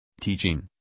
Teaching